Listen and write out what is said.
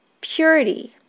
purity